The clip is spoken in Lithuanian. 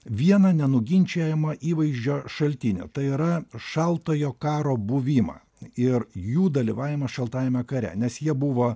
vieną nenuginčijamą įvaizdžio šaltinį tai yra šaltojo karo buvimą ir jų dalyvavimą šaltajame kare nes jie buvo